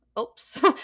oops